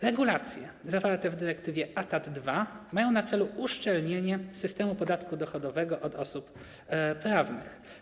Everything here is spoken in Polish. Regulacje zawarte w dyrektywie ATAD2 mają na celu uszczelnienie systemu podatku dochodowego od osób prawnych.